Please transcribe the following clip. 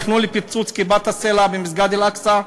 תכנון לפיצוץ כיפת-הסלע במסגד אל-אקצא,